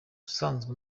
usanzwe